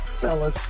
fellas